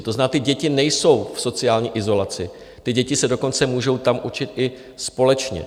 To znamená, ty děti nejsou v sociální izolaci, ty děti se dokonce můžou tam učit i společně.